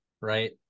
right